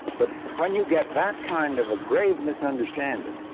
but when you get that kind of a grave misunderstanding,